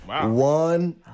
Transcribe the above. One